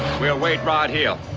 we'll wait right here.